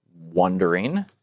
wondering